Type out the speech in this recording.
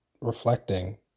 reflecting